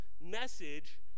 message